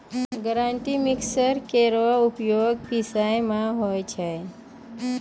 grinder mixer केरो उपयोग पिसै म होय छै